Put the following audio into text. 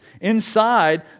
inside